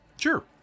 Sure